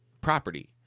property